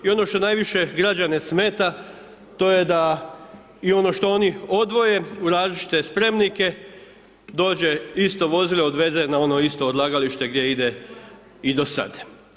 I ono što najviše građane smeta, to je da i ono što oni odvoje u različite spremnike, dođe isto vozimo i odveze na ono isto odlagalište gdje ide i do sad.